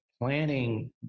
planning